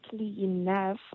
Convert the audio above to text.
enough